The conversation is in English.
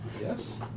Yes